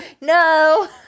No